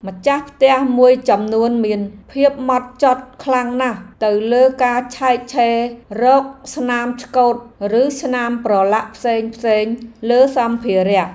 ម្ចាស់ផ្ទះមួយចំនួនមានភាពហ្មត់ចត់ខ្លាំងណាស់ទៅលើការឆែកឆេររកស្នាមឆ្កូតឬស្នាមប្រឡាក់ផ្សេងៗលើសម្ភារៈ។